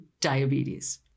diabetes